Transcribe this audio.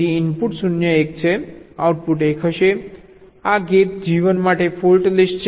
તેથી ઇનપુટ 0 1 છે આઉટપુટ 1 હશે આ ગેટ G1 માટે ફોલ્ટ લિસ્ટ છે